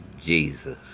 Jesus